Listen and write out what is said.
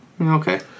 Okay